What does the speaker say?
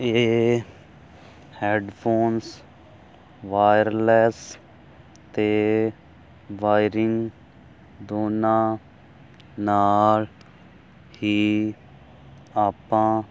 ਇਹ headphones wireless ਤੇ wiring ਦੋਨਾਂ ਨਾਲ ਹੀ ਆਪਾਂ